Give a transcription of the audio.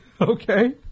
Okay